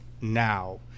now